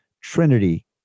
Trinity